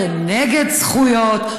הוא מדבר נגד זכויות.